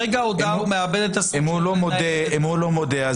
אם הוא לא מודה,